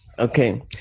Okay